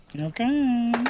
Okay